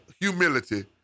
humility